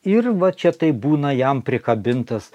ir va čia taip būna jam prikabintas